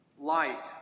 light